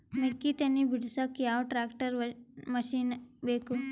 ಮೆಕ್ಕಿ ತನಿ ಬಿಡಸಕ್ ಯಾವ ಟ್ರ್ಯಾಕ್ಟರ್ ಮಶಿನ ಬೇಕು?